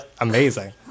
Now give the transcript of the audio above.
Amazing